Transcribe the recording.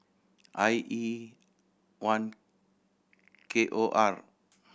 I E one K O R